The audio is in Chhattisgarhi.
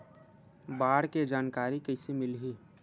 बाढ़ के जानकारी कइसे मिलही?